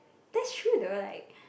that's true though like